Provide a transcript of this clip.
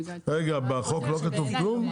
בחוק לא כתוב כלום?